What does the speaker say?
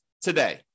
today